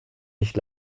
nicht